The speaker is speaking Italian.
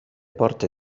porte